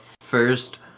first